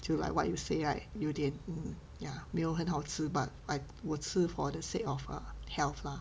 就 like what you say like 有一点 mm yeah 没有很好吃 but I 我吃 for the sake of err health lah